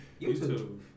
YouTube